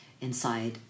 inside